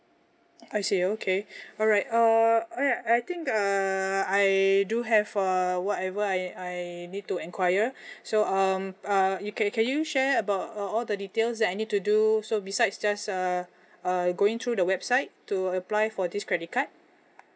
I see okay alright uh I I think uh I do have err whatever I I need to enquire so um err you can can you share about uh all the details that I need to do so besides just uh uh going through the website to apply for this credit card